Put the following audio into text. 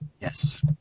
Yes